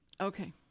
Okay